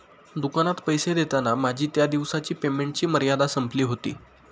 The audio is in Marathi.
दुकानात पैसे देताना माझी त्या दिवसाची पेमेंटची मर्यादा संपली होती